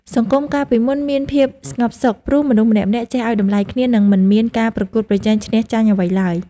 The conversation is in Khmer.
សង្គមកាលពីមុនមានភាពស្ងប់សុខ ព្រោះមនុស្សម្នាក់ៗចេះឱ្យតម្លៃគ្នា និងមិនមានការប្រកួតប្រជែងឈ្នះចាញ់អ្វីឡើយ។